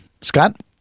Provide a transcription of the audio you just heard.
Scott